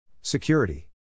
Security